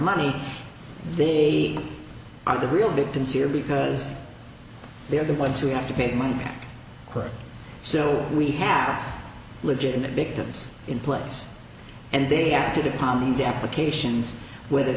money they are the real victims here because they are the ones who have to pay money for still we have legitimate victims in planes and they acted upon these applications whether